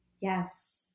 Yes